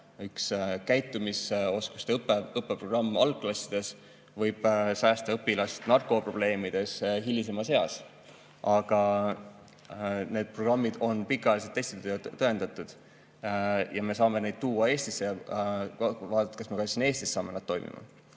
üks käitumisoskuste õppeprogramm algklassides võib säästa õpilast narkoprobleemidest hilisemas eas. Aga need programmid on pikaajaliste testidega tõendatud ja me saame neid tuua Eestisse ja vaadata, kas me ka siin saame need toimima.